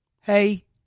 Hey